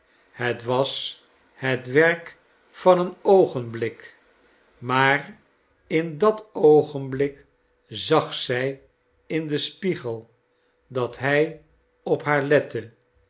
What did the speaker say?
het was het werk van een oogenblik maar in dat oogenblik zag zij in den spiegel dat hij op haar lette